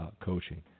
coaching